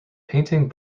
painting